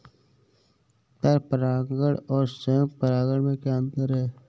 पर परागण और स्वयं परागण में क्या अंतर है?